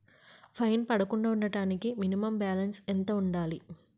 Fine పడకుండా ఉండటానికి minimum balance ఎంత ఉండాలి?